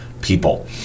people